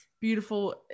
beautiful